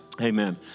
Amen